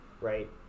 Right